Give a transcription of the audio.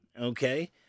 okay